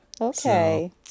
Okay